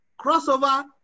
Crossover